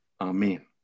Amen